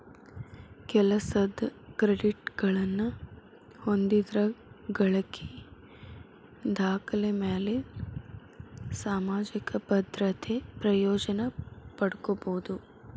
ಕೆಲಸದ್ ಕ್ರೆಡಿಟ್ಗಳನ್ನ ಹೊಂದಿದ್ರ ಗಳಿಕಿ ದಾಖಲೆಮ್ಯಾಲೆ ಸಾಮಾಜಿಕ ಭದ್ರತೆ ಪ್ರಯೋಜನ ಪಡ್ಕೋಬೋದು